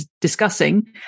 discussing